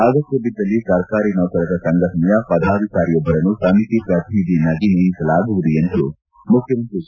ಅಗತ್ತ ಬಿದ್ದಲ್ಲಿ ಸರ್ಕಾರಿ ನೌಕರರ ಸಂಘಟನೆಯ ಪದಾಧಿಕಾರಿಯೊಬ್ಬರನ್ನು ಸಮಿತಿ ಪ್ರತಿನಿಧಿಯನ್ನಾಗಿ ನೇಮಿಸಲಾಗುವುದು ಎಂದು ಮುಖ್ಯಮಂತ್ರಿ ಎಚ್